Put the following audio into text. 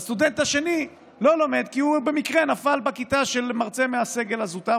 והסטודנט השני לא לומד כי הוא במקרה נפל בכיתה של מרצה מהסגל הזוטר,